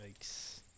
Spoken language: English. Yikes